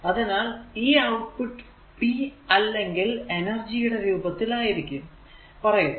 അതിനാൽ ഈ output p അല്ലെങ്കിൽ എനർജി യുടെ രൂപത്തിൽ ആയിരിക്കും പറയുക